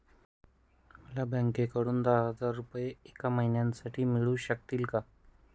मला बँकेकडून दहा हजार रुपये एक महिन्यांसाठी मिळू शकतील का?